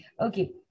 Okay